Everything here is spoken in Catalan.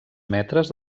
metres